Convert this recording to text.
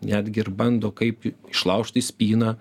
netgi ir bando kaip išlaužti spyną